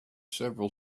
several